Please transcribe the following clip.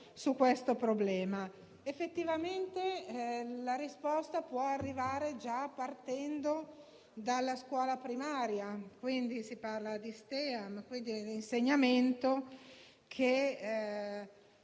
su questo problema. Effettivamente la risposta può arrivare già partendo dalla scuola primaria. Si parla di STEM, cioè di insegnare,